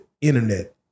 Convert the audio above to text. internet